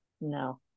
no